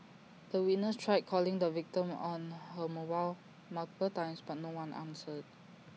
the witness tried calling the victim on her mobile multiple times but no one answered